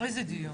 איזה דיון?